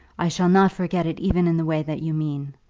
i shall not forget it even in the way that you mean.